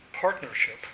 partnership